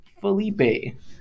Felipe